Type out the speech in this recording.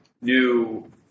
new